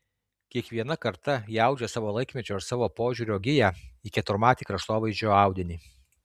kiekviena karta įaudžia savo laikmečio ir savo požiūrio giją į keturmatį kraštovaizdžio audinį